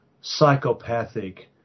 psychopathic